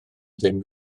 ddim